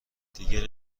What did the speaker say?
دیگه